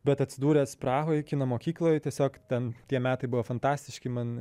bet atsidūręs prahoj kino mokykloj tiesiog ten tie metai buvo fantastiški man